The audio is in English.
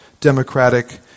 democratic